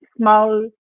small